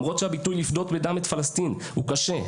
למרות שהביטוי לפדות בדם את פלשתין הוא קשה,